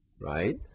Right